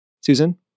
Susan